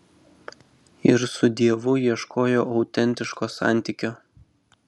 ir su dievu ieškojo autentiško santykio